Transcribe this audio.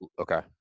Okay